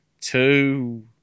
Two